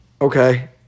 okay